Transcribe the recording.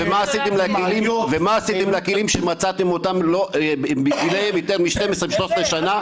ומה עשיתם לכלים שמצאתם אותם בגיל של יותר מ-12,13 שנה?